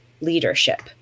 leadership